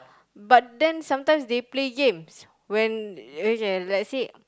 but then sometimes they play games when okay let's say